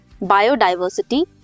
biodiversity